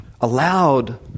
allowed